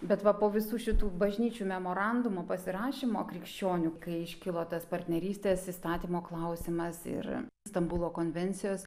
bet va po visų šitų bažnyčių memorandumų pasirašymo krikščionių kai iškilo tas partnerystės įstatymo klausimas ir stambulo konvencijos